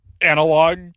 analog